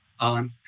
Alan